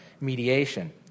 mediation